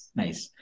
nice